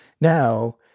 now